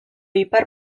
ipar